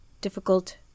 difficult